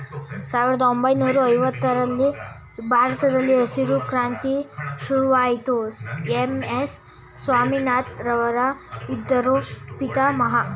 ಸಾವಿರದ ಒಂಬೈನೂರ ಐವತ್ತರರಲ್ಲಿ ಭಾರತದಲ್ಲಿ ಹಸಿರು ಕ್ರಾಂತಿ ಶುರುವಾಯಿತು ಎಂ.ಎಸ್ ಸ್ವಾಮಿನಾಥನ್ ಇದರ ಪಿತಾಮಹ